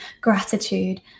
gratitude